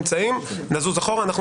נזוז אחורה, אנחנו